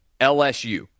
LSU